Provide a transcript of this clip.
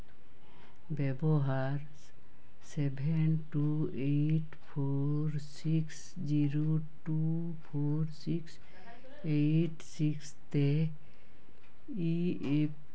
ᱵᱮᱵᱚᱦᱟᱨ ᱥᱮᱵᱷᱮᱱ two eight four six zero two four six eight six ᱛᱮ E F